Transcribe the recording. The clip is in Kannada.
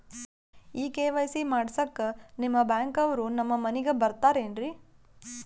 ಈ ಕೆ.ವೈ.ಸಿ ಮಾಡಸಕ್ಕ ನಿಮ ಬ್ಯಾಂಕ ಅವ್ರು ನಮ್ ಮನಿಗ ಬರತಾರೆನ್ರಿ?